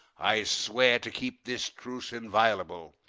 i swear to keep this truce inviolable!